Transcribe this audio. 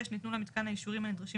(6) ניתנו למיתקן האישורים הנדרשים